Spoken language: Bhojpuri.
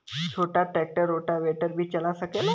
छोटा ट्रेक्टर रोटावेटर भी चला सकेला?